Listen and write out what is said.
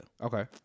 Okay